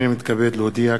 הנני מתכבד להודיע,